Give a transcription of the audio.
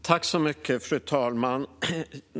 Fru talman!